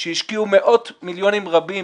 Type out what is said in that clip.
שהשקיעו מאות מיליונים רבים